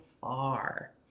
far